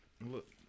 Look